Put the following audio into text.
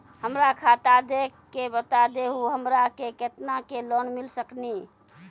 हमरा खाता देख के बता देहु हमरा के केतना के लोन मिल सकनी?